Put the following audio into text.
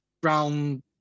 Brown